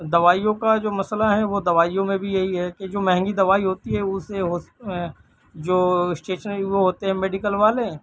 دوائیوں کا جو مسئلہ ہے وہ دوائیوں میں بھی یہی ہے کہ جو مہنگی دوائی ہوتی ہے اسے ہوس جو اسٹیشنری وہ ہوتے ہیں میڈیکل والے